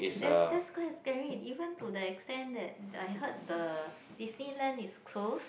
that's that's quite scary even to the extent that I heard the Disneyland is closed